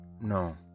No